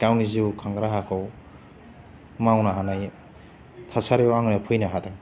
गावनि जिउ खांग्रा हाखौ मावनो हानाय थासारियाव आङो फैनो हादों